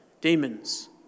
Demons